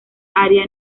área